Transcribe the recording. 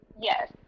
Yes